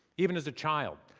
even as a child,